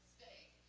day.